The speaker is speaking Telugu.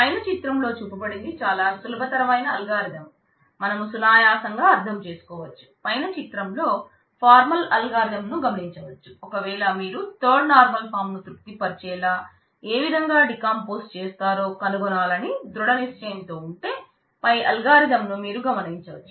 పైన చిత్రంలో చూపబడినది చాలా సులభతరమైన అల్గారిధం చేస్తారో కనుగొనాలని దృఢ నిశ్చయంతో ఉంటే పై అల్గారిథం ను మీరు గమనించవచ్చు